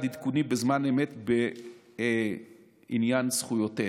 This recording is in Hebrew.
של עדכונים בזמן אמת בעניין זכויותיהם.